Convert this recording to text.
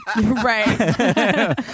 Right